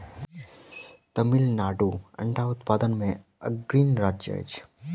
तमिलनाडु अंडा उत्पादन मे अग्रणी राज्य अछि